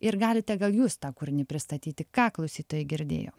ir galite gal jūs tą kūrinį pristatyti ką klausytojai girdėjo